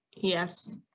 yes